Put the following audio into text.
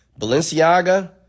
Balenciaga